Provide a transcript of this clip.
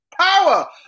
power